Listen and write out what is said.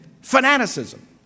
fanaticism